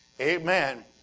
Amen